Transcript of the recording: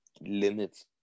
limits